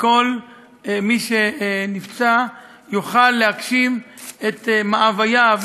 שכל מי שנפצע יוכל להגשים את מאווייו,